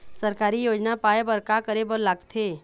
सरकारी योजना पाए बर का करे बर लागथे?